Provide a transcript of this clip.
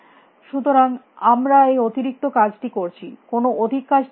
সুতরাং আমরা এই অতিরিক্ত কাজটি করছি কোন অধিক কাজটি করছি